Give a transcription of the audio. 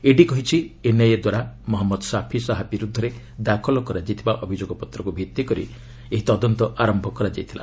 ED କହିଛି NIA ଦ୍ୱାରା ମହନ୍ମଦ୍ ସାଫି ଶାହା ବିରୁଦ୍ଧରେ ଦାଖଲ କରାଯାଇଥିବା ଅଭିଯାଗପତ୍ରକୁ ଭିତ୍ତି କରି ଏହା ତଦନ୍ତ ଆରମ୍ଭ କରିଥିଲା